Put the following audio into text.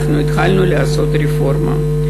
אנחנו התחלנו לעשות רפורמה.